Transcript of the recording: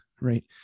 right